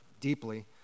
deeply